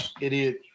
idiot